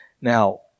Now